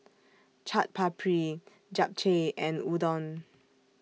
Chaat Papri Japchae and Udon